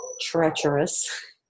treacherous